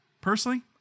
Personally